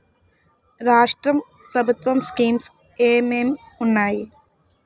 రాష్ట్రం ప్రభుత్వ స్కీమ్స్ ఎం ఎం ఉన్నాయి?